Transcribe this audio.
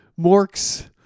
mork's